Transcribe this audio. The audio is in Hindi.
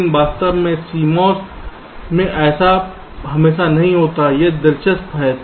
लेकिन वास्तव में CMOS में ऐसा हमेशा नहीं होता है यह दिलचस्प है